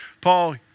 Paul